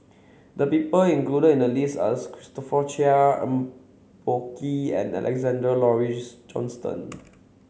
the people included in the list are Christopher Chia Eng Boh Kee and Alexander Laurie Johnston